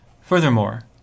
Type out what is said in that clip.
Furthermore